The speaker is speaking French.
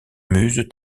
muses